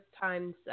times